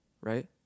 right